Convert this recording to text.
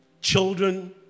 Children